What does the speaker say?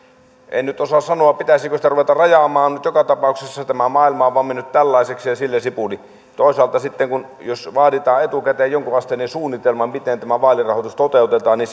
en nyt osaa sanoa pitäisikö sitä ruveta rajaamaan nyt joka tapauksessa tämä maailma on vain mennyt tällaiseksi ja sillä sipuli toisaalta sitten jos vaaditaan etukäteen jonkunasteinen suunnitelma miten tämä vaalirahoitus toteutetaan niin